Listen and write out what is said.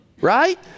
right